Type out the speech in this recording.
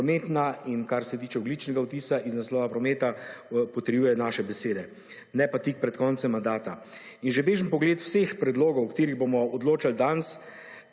prometna in kar se tiče ogljičnega vtisa iz naslova prometa potrjuje naše besede na pa tik pred koncem mandata. Že bežen pogled vseh predlogov, o katerih bomo odločali danes